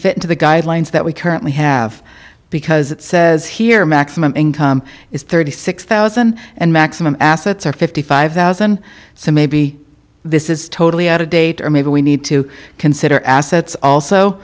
fit into the guidelines that we currently have because it says here maximum income is thirty six thousand and maximum assets are fifty five thousand so maybe this is totally out of date or maybe we need to consider assets also